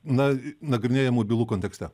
na nagrinėjamų bylų kontekste